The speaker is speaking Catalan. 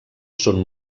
són